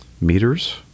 meters